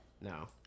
no